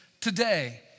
today